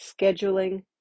scheduling